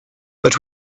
but